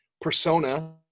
persona